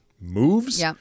moves